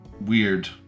weird